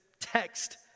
text